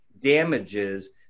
damages